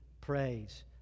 praise